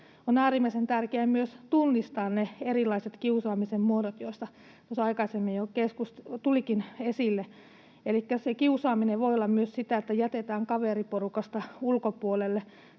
On äärimmäisen tärkeää myös tunnistaa ne erilaiset kiusaamisen muodot, joita tuossa aikaisemmin jo tulikin esille, elikkä se kiusaaminen voi olla myös sitä, että jätetään kaveriporukasta ulkopuolelle,